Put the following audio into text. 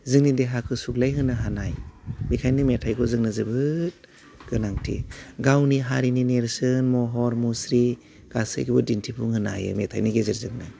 जोंनि देहाखो सुग्लायहोनो हानाय बेखायनो मेथाइखौ जोंनो जोबोद गोनांथि गावनि हारिनि नेर्सोन महर मुस्रि गासैखौबो दिन्थिफुंहोनो हायो मेथाइनि गेजेरजोंनो